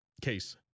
case